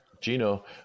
Gino